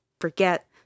forget